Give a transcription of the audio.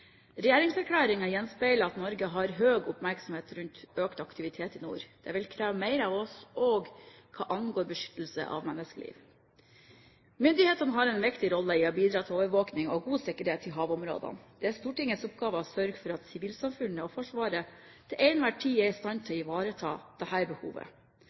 gjenspeiler at Norge har høy oppmerksomhet rundt økt aktivitet i nord. Det vil kreve mer av oss også hva angår beskyttelse av menneskeliv. Myndighetene har en viktig rolle i å bidra til overvåkning og god sikkerhet i havområdene. Det er Stortingets oppgave å sørge for at sivilsamfunnet og Forsvaret til enhver tid er i stand til å ivareta dette behovet.